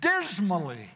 dismally